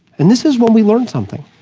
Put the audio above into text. and this is where we learned something.